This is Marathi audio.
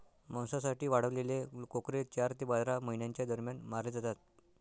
मांसासाठी वाढवलेले कोकरे चार ते बारा महिन्यांच्या दरम्यान मारले जातात